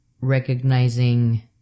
recognizing